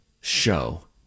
show